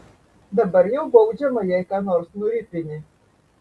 dabar jau baudžiama jei ką nors nuripini